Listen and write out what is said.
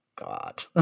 God